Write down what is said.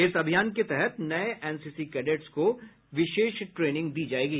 इस अभियान के तहत नये एनसीसी कैडेट्स को विशेष ट्रेनिंग दी जायेगी